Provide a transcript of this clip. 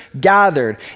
gathered